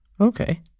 Okay